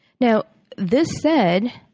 now this said,